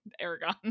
Aragon